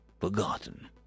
forgotten